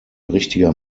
richtiger